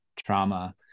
trauma